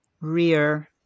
rear